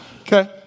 Okay